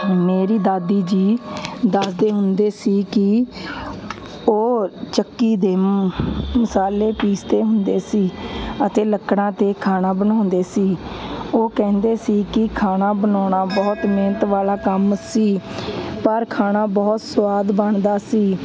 ਮੇਰੀ ਦਾਦੀ ਜੀ ਦੱਸਦੇ ਹੁੰਦੇ ਸੀ ਕਿ ਉਹ ਚੱਕੀ ਦੇ ਮ ਮਸਾਲੇ ਪੀਸਦੇ ਹੁੰਦੇ ਸੀ ਅਤੇ ਲੱਕੜਾਂ 'ਤੇ ਖਾਣਾ ਬਣਾਉਂਦੇ ਸੀ ਉਹ ਕਹਿੰਦੇ ਸੀ ਕਿ ਖਾਣਾ ਬਣਾਉਣਾ ਬਹੁਤ ਮਿਹਨਤ ਵਾਲਾ ਕੰਮ ਸੀ ਪਰ ਖਾਣਾ ਬਹੁਤ ਸੁਆਦ ਬਣਦਾ ਸੀ